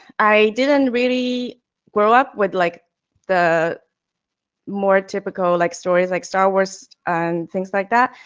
i didn't really grow up with like the more typical like stories like star wars and things like that.